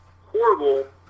horrible